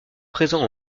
présent